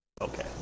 Okay